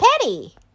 Petty